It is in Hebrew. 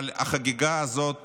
אבל החגיגה הזאת